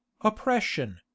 oppression